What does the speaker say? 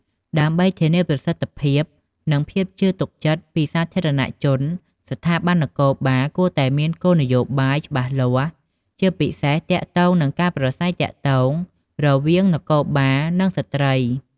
ដើម្បីធានាប្រសិទ្ធភាព និងភាពជឿទុកចិត្តពីសាធារណជន ស្ថាប័ននគរបាលគួរតែមានគោលនយោបាយច្បាស់លាស់ ជាពិសេសទាក់ទងនឹងការប្រាស្រ័យទាក់ទងវាងមន្ត្រីនគរបាល និងស្ត្រី។